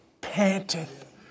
panteth